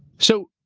so,